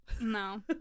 No